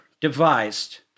devised